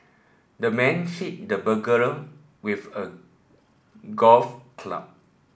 the man hit the burglar with a golf club